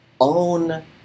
own